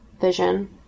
Vision